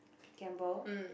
gamble